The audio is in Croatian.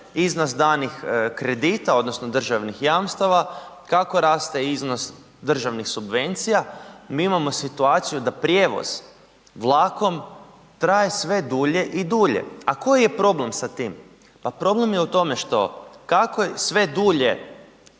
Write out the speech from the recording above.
iznos danih kredita, odnosno državnih jamstava, kako raste iznos državnih subvencija, mi imamo situaciju da prijevoz vlakom traje sve dulje i dulje, a koji je problem sa tim? Pa problem je u tome što kako je sve dulje